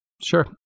Sure